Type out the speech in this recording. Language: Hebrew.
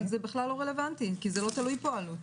אבל זה בכלל לא רלוונטי כי זה לא תלוי פה, העלות.